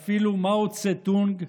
אפילו מאו דזה דונג,